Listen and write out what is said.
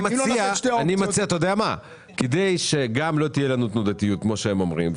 כדי שלא תהיה לנו תנודתיות כמו שהם אומרים,